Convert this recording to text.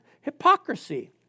hypocrisy